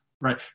right